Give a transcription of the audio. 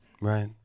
Right